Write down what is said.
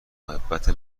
محبت